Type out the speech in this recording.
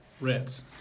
Ritz